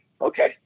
okay